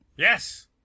Yes